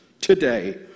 today